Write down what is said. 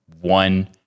one